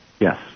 Yes